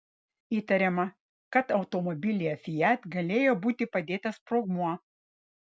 įtariama kad automobilyje fiat galėjo būti padėtas sprogmuo